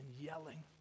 yelling